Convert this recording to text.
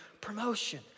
promotion